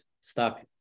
stuck